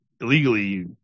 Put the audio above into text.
illegally